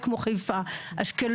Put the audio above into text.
ולא תמיד הייתי שמח למה שהוא החליט, כן?